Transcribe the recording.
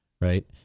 right